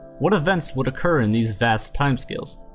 what events would occur in these vast timescales?